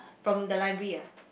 from the library ah